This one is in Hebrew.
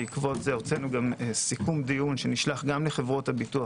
בעקבות זה הוצאנו גם סיכום דיון שנשלח גם לחברות הביטוח,